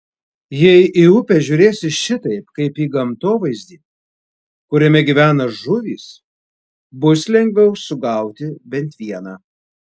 jei į upę žiūrėsi šitaip kaip į gamtovaizdį kuriame gyvena žuvys bus lengviau sugauti bent vieną